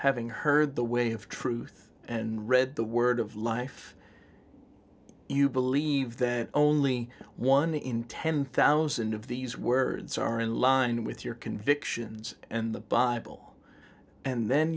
having heard the way of truth and read the word of life you believe that only one in ten thousand of these words are in line with your convictions and the bible and then